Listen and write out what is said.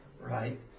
right